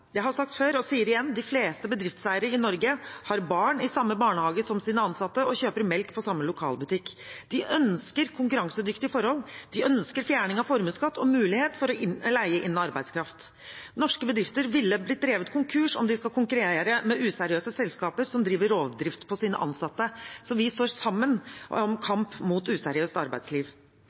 Jeg har sagt det før og sier det igjen: De fleste bedriftseiere i Norge har barn i samme barnehage som sine ansatte og kjøper melk på samme lokalbutikk. De ønsker konkurransedyktige forhold, de ønsker fjerning av formuesskatt og mulighet til å leie inn arbeidskraft. Norske bedrifter ville blitt drevet konkurs om de skulle konkurrere med useriøse selskaper som driver rovdrift på sine ansatte. Så vi står sammen i kampen mot useriøst arbeidsliv.